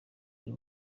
buri